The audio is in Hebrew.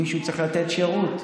מישהו צריך לתת שירות.